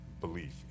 belief